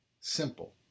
simple